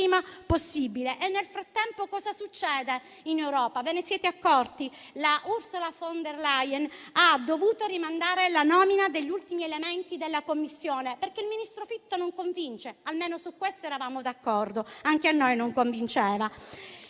possibile. E nel frattempo cosa succede in Europa? Ve ne siete accorti? Ursula von der Leyen ha dovuto rimandare la nomina degli ultimi elementi della Commissione, perché il ministro Fitto non convince, e almeno su questo eravamo d'accordo, perché non convinceva